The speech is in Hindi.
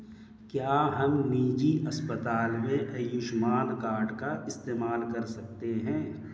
क्या हम निजी अस्पताल में आयुष्मान कार्ड का इस्तेमाल कर सकते हैं?